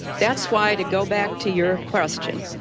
that's why to go back to your question,